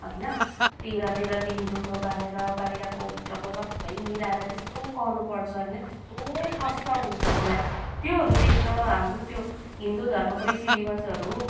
होइन तेह्र तेह्र दिन जुठो बारेर बाहिरको भित्रको सबै मिलाएर त्यस्तो गर्नुपर्छ होइन त्यस्तो कष्ट हुन्छ हामीलाई त्योहरू देख्दा हाम्रो त्यो हिन्दु धर्मको रीतिरिवाजहरू